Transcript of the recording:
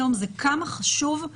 היום זה כמה חשובה